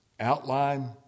Outline